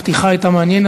הפתיחה הייתה מעניינת,